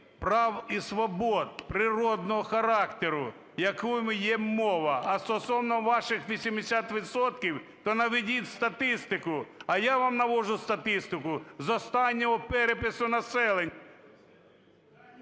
прав і свобод природного характеру, якою є мова. А стосовно ваших 80 відсотків, то наведіть статистику. А я вам наводжу статистику з останнього перепису населення…